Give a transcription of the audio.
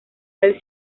del